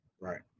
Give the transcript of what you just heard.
Right